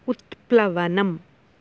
उत्प्लवनम्